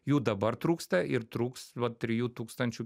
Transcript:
jų dabar trūksta ir trūks va trijų tūkstančių